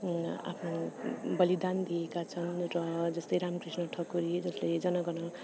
आफ्नो बलिदान दिएका छन् र जस्तै राम कृष्ण ठकुरी जसले जन गण मन